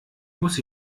muss